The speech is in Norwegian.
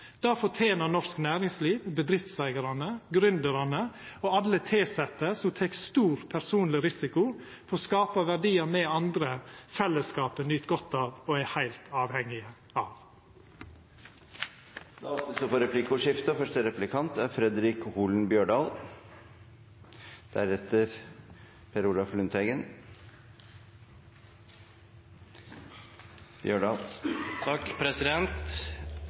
ytterlegare. Det fortener norsk næringsliv, bedriftseigarane, gründerane og alle tilsette, som tek ein stor personleg risiko for å skapa verdiar me andre, fellesskapet, nyt godt av og er heilt avhengige av. Det blir replikkordskifte. Representanten Breivik er